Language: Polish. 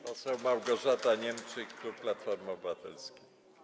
Poseł Małgorzata Niemczyk, klub Platformy Obywatelskiej.